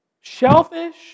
Shellfish